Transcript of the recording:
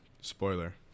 Spoiler